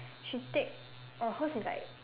she take oh hers is like